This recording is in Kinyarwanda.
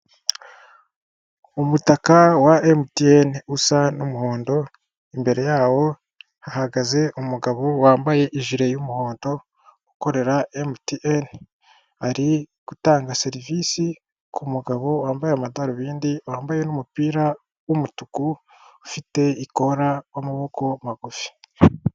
Umutaka wa emutiyeni usa n'umuhondo imbere yawo hahagaze umugabo wambaye ijire y'umuhondo ukorera emutiyeni ari gutanga serivise k'umugabo wambaye amadorobindi wambaye n'umupira w'umutuku ufite ikora w'amaboko magufi.